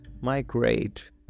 migrate